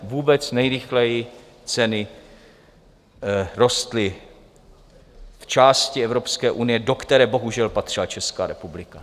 Vůbec nejrychleji ceny rostly v části Evropské unie, do které bohužel patřila Česká republika.